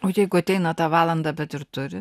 bet jeigu ateina tą valandą bet ir turi